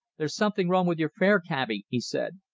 there's something wrong with your fare, cabby, he said.